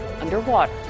underwater